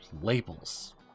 labels